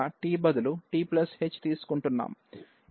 ఇక్కడ ఉన్నదాని మాత్రమే కాపీ చేద్దాం